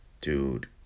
dude